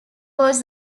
was